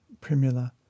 Primula